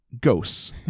Ghosts